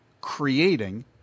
creating